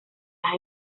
las